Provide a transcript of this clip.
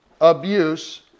abuse